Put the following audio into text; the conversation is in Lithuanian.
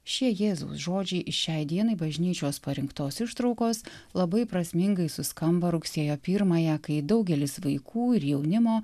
šie jėzaus žodžiai šiai dienai bažnyčios parinktos ištraukos labai prasmingai suskamba rugsėjo pirmąją kai daugelis vaikų ir jaunimo